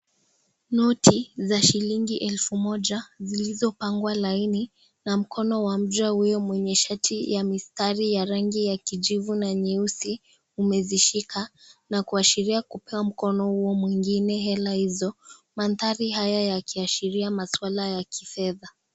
Noti za shilingi elfu moja zilizopangwa laini na mkono wa mja huyo mwenye shati ya misitari ya rangi ya kijivu na nyeusi umesishika na kuashiria kupewa mkono huo mwingine hela hizo mandari haya yakiashiria maswala ya kifedha.